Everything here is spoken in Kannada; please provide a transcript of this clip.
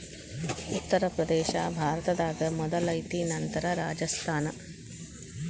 ಉತ್ತರ ಪ್ರದೇಶಾ ಭಾರತದಾಗ ಮೊದಲ ಐತಿ ನಂತರ ರಾಜಸ್ಥಾನ